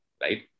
right